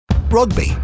Rugby